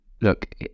look